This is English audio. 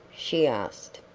she asked.